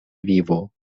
vivo